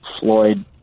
Floyd